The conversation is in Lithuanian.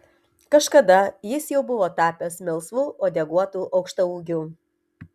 kažkada jis jau buvo tapęs melsvu uodeguotu aukštaūgiu